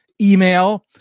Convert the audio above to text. email